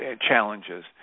challenges